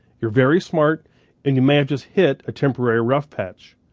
you're very smart and you may have just hit a temporary rough patch.